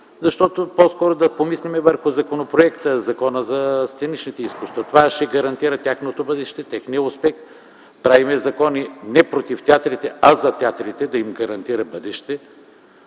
защото е по-добре да помислим върху Законопроекта за сценичните изкуства. Това ще гарантира тяхното бъдеще, техния успех. Правим закони не против театрите, а за театрите – да им гарантират бъдеще.